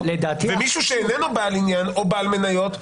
ומישהו שאיננו בעל עניין או בעל מניות,